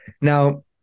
Now